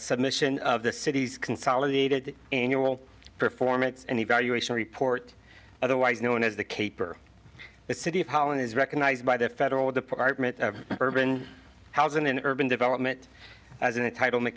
submission of the city's consolidated annual performance and evaluation report otherwise known as the cape or the city of holland is recognized by the federal department of urban housing and urban development as an entitle